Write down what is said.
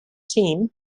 team